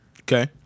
Okay